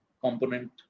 component